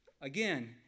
Again